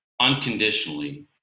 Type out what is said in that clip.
unconditionally